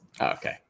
Okay